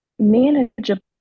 manageable